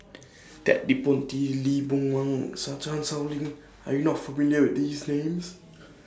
Ted De Ponti Lee Boon Wang and Chan Sow Lin Are YOU not familiar with These Names